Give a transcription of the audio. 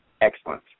excellent